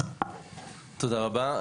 תודה רבה,